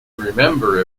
remember